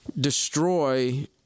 destroy